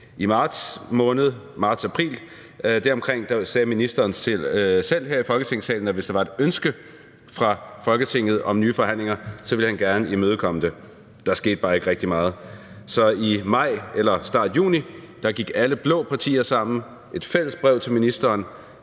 her i Folketingssalen, at hvis der var et ønske fra Folketinget om nye forhandlinger, ville han gerne imødekomme det. Der skete bare ikke rigtig noget. Så i maj eller i starten af juni gik alle blå partier sammen om et fælles brev til ministeren,